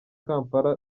kampala